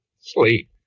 sleep